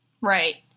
Right